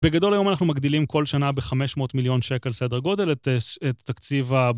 בגדול היום אנחנו מגדילים כל שנה בחמש מאות מיליון שקל סדר גודל את ס.. את תקציב ה..